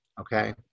Okay